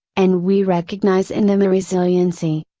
and we recognize in them a resiliency,